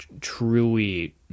truly